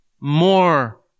more